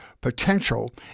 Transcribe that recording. potential